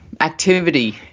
activity